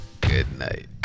Goodnight